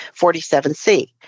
47C